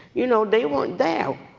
you know, they weren't there.